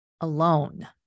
alone